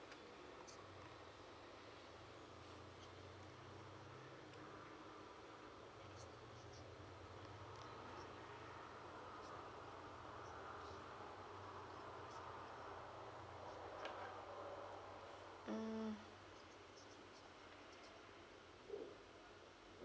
mm